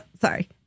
Sorry